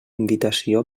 invitació